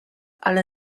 ale